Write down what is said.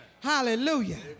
Hallelujah